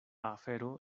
afero